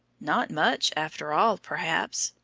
not much after all, perhaps.